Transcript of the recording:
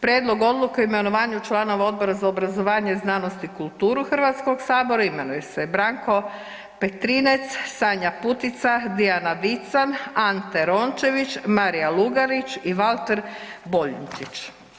Prijedlog odluke o imenovanju članova Odbora za obrazovanje, znanost i kulturu Hrvatskog sabora imenuje se Branko Petrinec, Sanja Putica, Dijana Vican, Ante Rončević, Marija Lugarić i Valter Boljunčić.